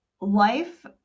life